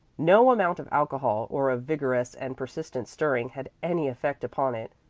no amount of alcohol or of vigorous and persistent stirring had any effect upon it,